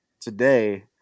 today